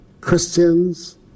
Christians